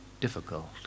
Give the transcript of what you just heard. difficult